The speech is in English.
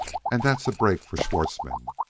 and that's a break for schwartzmann.